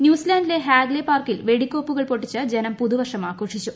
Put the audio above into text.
ന്യൂസിലാന്റിലെ Hagley പാർക്കിൽ വെടിക്കോപ്പുകൾ പൊട്ടിച്ച് ജനം പുതുവർഷം ആഘോഷിച്ചു